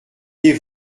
des